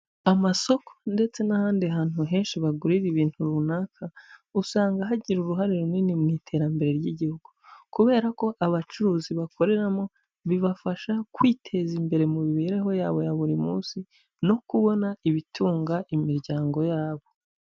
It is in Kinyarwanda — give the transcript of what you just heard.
Amasoko ndetse n'ahandi hantu henshi bagurira ibintu runaka, usanga hagira uruhare runini mu iterambere ry'igihugu, kubera ko abacuruzi bakoreramo bibafasha kwiteza imbere mu mibereho yabo ya buri munsi, no kubona ibitunga imiryango yabo.